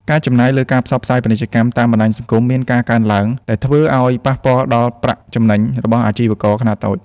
ការចំណាយលើការផ្សព្វផ្សាយពាណិជ្ជកម្មតាមបណ្តាញសង្គមមានការកើនឡើង ដែលធ្វើឱ្យប៉ះពាល់ដល់ប្រាក់ចំណេញរបស់អាជីវករខ្នាតតូច។